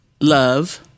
love